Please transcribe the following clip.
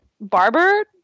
barber